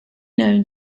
known